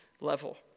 level